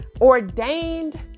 ordained